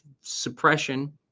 suppression